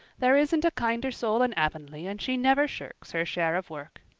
there isn't a kinder soul in avonlea and she never shirks her share of work.